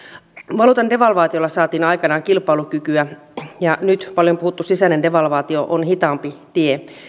valuutan devalvaatiolla saatiin aikanaan kilpailukykyä ja nyt paljon puhuttu sisäinen devalvaatio on hitaampi tie